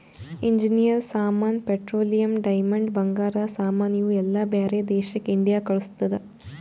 engineer ಸಾಮಾನ್, petroleum, diamond, ಬಂಗಾರ ಸಾಮಾನ್ ಇವು ಎಲ್ಲಾ ಬ್ಯಾರೆ ದೇಶಕ್ ಇಂಡಿಯಾ ಕಳುಸ್ತುದ್